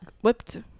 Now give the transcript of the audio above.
whipped